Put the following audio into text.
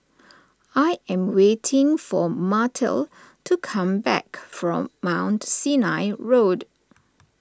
I am waiting for Martell to come back from Mount Sinai Road